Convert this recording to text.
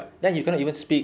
then he cannot even speak